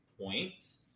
points